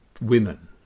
women